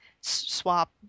Swap –